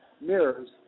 Mirrors